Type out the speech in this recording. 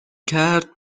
کرد